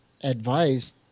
advice